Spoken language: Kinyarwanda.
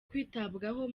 kwitabwaho